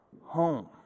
home